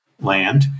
land